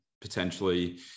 potentially